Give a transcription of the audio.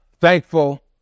thankful